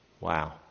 Wow